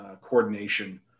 coordination